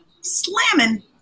slamming